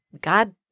God